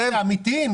זה אמיתי?